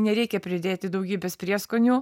nereikia pridėti daugybės prieskonių